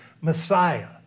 Messiah